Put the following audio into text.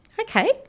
okay